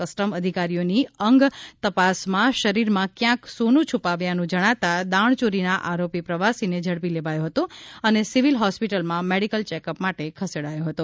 custom અધિકારીઓની અંગ તપાસમાં શરીરમાં ક્યાંક સોનું છુપાવ્યાનું જજ્ઞાતા દાજ્ઞચોરીના આરોપી પ્રવાસીને ઝડપી લેવાયો હતો અને સિવિલ હોસ્પિટલમાં મેડિકલ ચેકઅપ માટે ખસેડાયો હતો